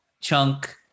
Chunk